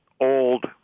old